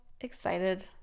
excited